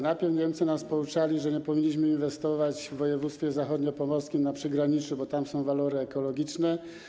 Najpierw Niemcy nas pouczali, że nie powinniśmy inwestować w województwie zachodniopomorskim na przygraniczu, bo tam są walory ekologiczne.